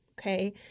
okay